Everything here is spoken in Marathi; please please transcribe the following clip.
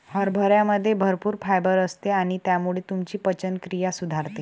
हरभऱ्यामध्ये भरपूर फायबर असते आणि त्यामुळे तुमची पचनक्रिया सुधारते